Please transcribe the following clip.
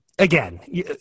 Again